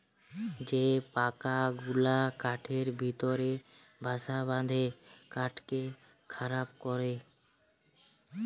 যে পকা গুলা কাঠের ভিতরে বাসা বাঁধে কাঠকে খারাপ ক্যরে